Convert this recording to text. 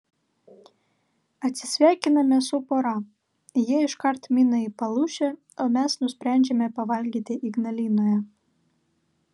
atsisveikiname su pora jie iškart mina į palūšę o mes nusprendžiame pavalgyti ignalinoje